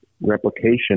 replication